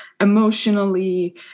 emotionally